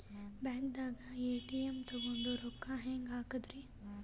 ಬ್ಯಾಂಕ್ದಾಗ ಎ.ಟಿ.ಎಂ ತಗೊಂಡ್ ರೊಕ್ಕ ಹೆಂಗ್ ಹಾಕದ್ರಿ?